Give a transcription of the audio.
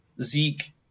zeke